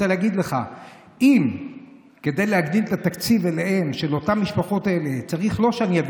אם כדי להגדיל את התקציב לאותן משפחות צריך לא שאביא